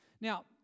Now